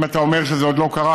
אם אתה אומר שזה עוד לא קרה,